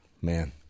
man